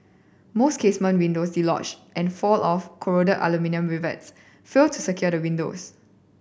most casement windows dislodge and fall off corroded aluminium rivets fail to secure the windows